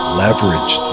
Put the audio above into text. leverage